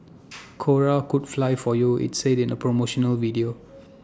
cora could fly for you IT said in A promotional video